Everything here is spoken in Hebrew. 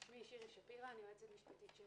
שמי שירי שפירא, אני יועצת משפטית של